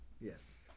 Yes